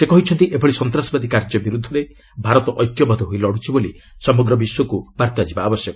ସେ କହିଛନ୍ତି ଏଭଳି ସନ୍ତାସବାଦୀ କାର୍ଯ୍ୟ ବିରୁଦ୍ଧରେ ଭାରତ ଐକ୍ୟବଦ୍ଧ ହୋଇ ଲଢୁଛି ବୋଲି ସମଗ୍ର ବିଶ୍ୱକୁ ବାର୍ତ୍ତା ଯିବା ଆବଶ୍ୟକ